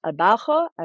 abajo